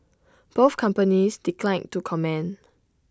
both companies declined to comment